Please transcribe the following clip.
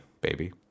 baby